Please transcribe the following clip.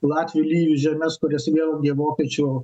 latvių lyvių žemes kurias vėl gi vokiečių